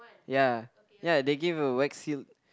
ya ya they gave a wax seal